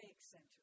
Center